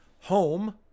home